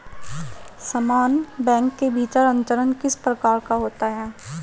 समान बैंक के भीतर अंतरण किस प्रकार का होता है?